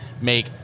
make